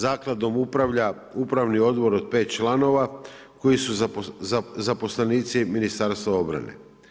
Zakladom upravlja upravni odbor od pet članova koji su zaposlenici Ministarstva obrane.